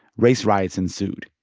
race riots ensued,